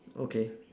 okay